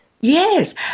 Yes